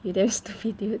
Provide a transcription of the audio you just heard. that's stupid dude